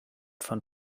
fand